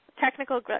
Technical